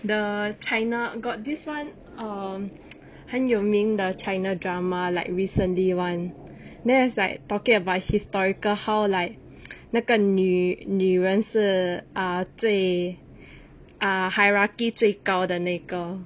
the china got this [one] um 很有名的 china drama like recently [one] then it's like talking about historical how like 那个女女人是 ah 最 ah hierarchy 最高的那个